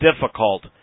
difficult